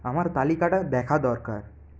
আমার তালিকাটা দেখা দরকার